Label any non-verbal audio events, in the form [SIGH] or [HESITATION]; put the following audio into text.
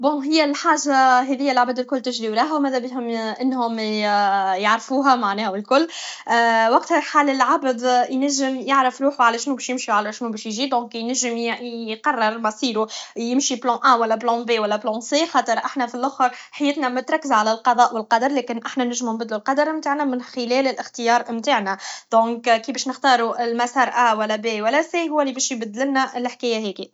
بون هي الحاجه هذي لعباد كل تجري وراها ومذابيهم انو [HESITATION] يعرفوها و الكل [HESITATION] وقتها يحل العبد ينجم يعرف روحو على شنو باش يمشي و شنو باش يجي دونك ينجم يقرر مصيرو مشي بلان ا ولا بلان ب و لا بلان س خاطر احنا فلخر حياتنا متركزه على القضاء و القدر لكن احنا نجمو نبدلو القدر نتاعنا خلال الاختيار نتاعنا دونك كي باش نختارو المسار ا ولا به و لا سه هو لي باش يبدلنا الحكايه هاذي